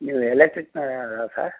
ನೀವು ಎಲೆಕ್ಟ್ರಿಕ್ನವರಾ ಸರ್